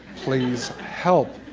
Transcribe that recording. please help.